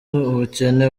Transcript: ubukene